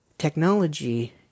Technology